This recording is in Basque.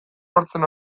lortzen